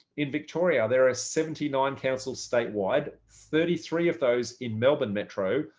in victoria, there are seventy nine councils statewide thirty three of those in melbourne metro,